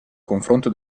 confronto